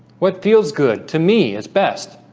what feels good to me is best.